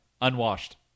Unwashed